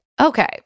Okay